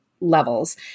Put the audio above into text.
levels